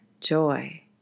joy